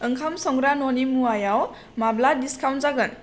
ओंखाम संग्रा न'नि मुवायाव माब्ला डिसकाउन्ट जागोन